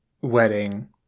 wedding